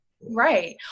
right